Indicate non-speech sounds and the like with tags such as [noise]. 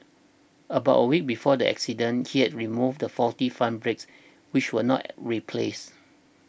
about a week before the accident he had removed the faulty front brakes which were not [hesitation] replaced